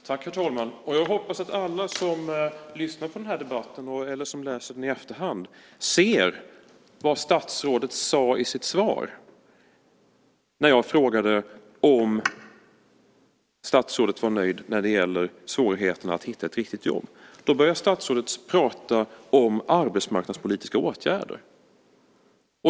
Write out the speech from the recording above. Herr talman! Jag hoppas att alla som lyssnar på den här debatten eller som läser den i efterhand ser vad statsrådet sade i sitt svar när jag frågade om statsrådet var nöjd när det gäller svårigheterna att hitta ett riktigt jobb. Då började statsrådet prata om arbetsmarknadspolitiska åtgärder.